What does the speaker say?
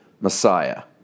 Messiah